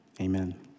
Amen